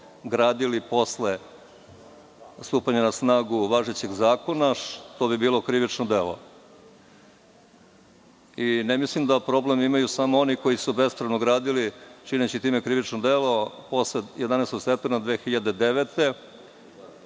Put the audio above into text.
gradili posle stupanja na snagu važećeg zakona, što bi bilo krivično delo. Ne mislim da problem imaju samo oni koji su bespravno gradili, čineći time krivično delo posle 11. septembra 2009.